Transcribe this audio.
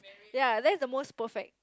ya that is the most perfect